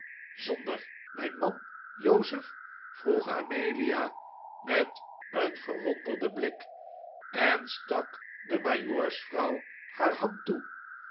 zonder mijn man joseph vroeg amelia met een verwonderden blik en stak de majoorsvrouw haar hand toe